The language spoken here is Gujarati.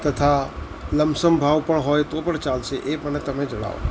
તથા લમસમ ભાવ પણ હોય તો પણ ચાલશે એ મને તમે જણાવો